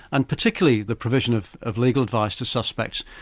and particularly the provision of of legal advice to suspects,